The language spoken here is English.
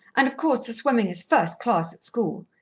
and, of course, the swimming is first class at school.